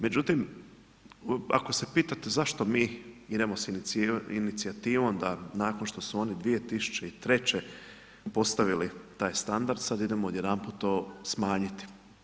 Međutim, ako se pitate zašto mi idemo s inicijativom da nakon što su oni 2003. postavili taj standard, sad idemo odjedanput to smanjiti?